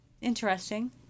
Interesting